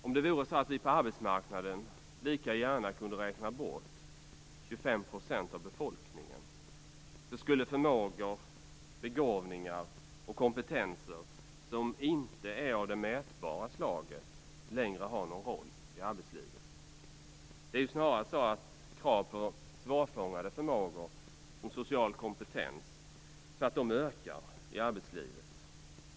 Om det vore så, att vi på arbetsmarknaden lika gärna kunde räkna bort 25 % av befolkningen, skulle förmågor, begåvningar och kompetenser som inte är av det mätbara slaget inte längre ha någon roll i arbetslivet. Det är snarare så, att krav på svårfångade förmågor, som social kompetens, ökar i arbetslivet.